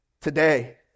today